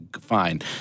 fine